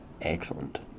Excellent